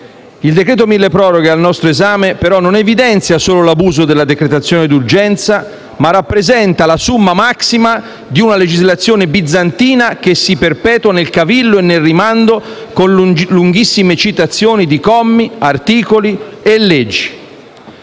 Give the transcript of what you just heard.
Il decreto milleproroghe al nostro esame, però, non evidenzia solo l'abuso della decretazione d'urgenza, ma rappresenta la *summa maxima* di una legislazione bizantina che si perpetua nel cavillo e nel rimando, con lunghissime citazioni di commi, articoli e leggi»;